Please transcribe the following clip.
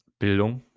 Bildung